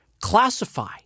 classify